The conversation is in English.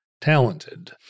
talented